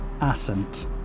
Ascent